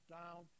down